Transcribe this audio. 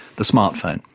the smart phone,